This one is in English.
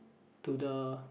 to the